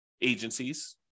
agencies